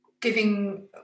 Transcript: giving